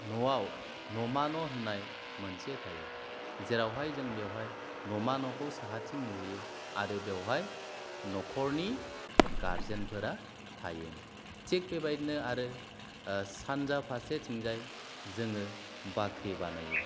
न'आव न'मा न' होननाय मोनसे थायो जेरावहाय जों बेवहाय न'मा न'खौ साहाथिं लुयो आरो बेवहाय न'खरनि गारजेनफोरा थायोमोन थिग बेबायदिनो आरो सानजा फारसेथिंजाय जोङो बाख्रि बानायो